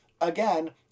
Again